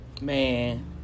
Man